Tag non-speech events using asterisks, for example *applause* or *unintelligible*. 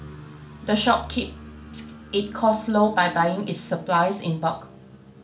the shop keep *unintelligible* it cost low by buying its supplies in bulk